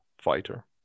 fighter